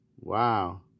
Wow